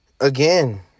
Again